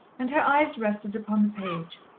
and her eyes rested upon the page,